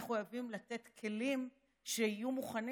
אנחנו חייבים לתת כלים שיהיו מוכנים